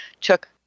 took